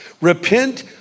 Repent